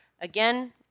Again